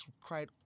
cried